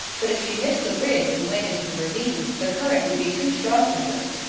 but if she missed the bridge and went into the ravine, the current would be too strong for her.